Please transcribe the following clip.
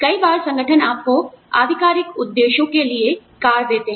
कई बार संगठन आपको आधिकारिक उद्देश्यों के लिए कार देते हैं